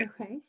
Okay